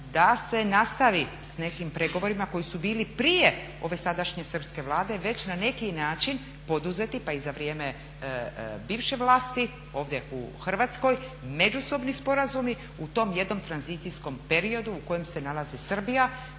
da se nastavi sa nekim pregovorima koji su bili prije ove sadašnje srpske Vlade već na neki način poduzeti, pa i za vrijeme bivše vlasti ovdje u Hrvatskoj međusobni sporazumi u tom jednom tranzicijskom periodu u kojem se nalazi Srbija